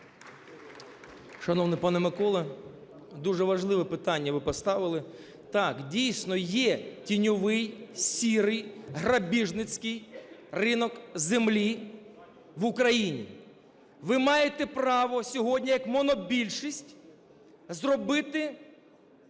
Шановний пане Миколо, дуже важливе питання ви поставили. Так, дійсно є тіньовий, "сірий", грабіжницький ринок землі в Україні. Ви маєте право сьогодні як монобільшість зробити